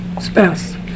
spouse